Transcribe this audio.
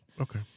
Okay